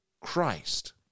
Christ